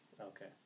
Okay